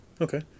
okay